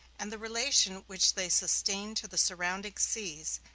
and the relation which they sustain to the surrounding seas,